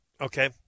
Okay